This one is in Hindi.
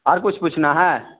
और कुछ पूछना है